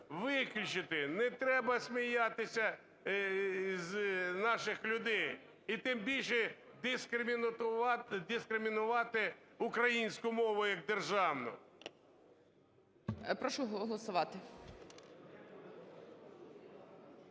виключити, не треба сміятися з наших людей, і тим більше дискримінувати українську мову як державну.